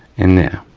and there.